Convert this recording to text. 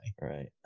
Right